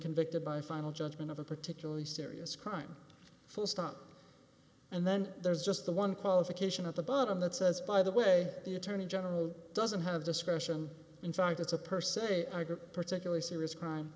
convicted by final judgment of a particularly serious crime full stop and then there's just the one qualification at the bottom that says by the way the attorney general doesn't have discretion in fact it's a per se i get particularly serious crime